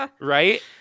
Right